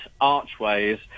archways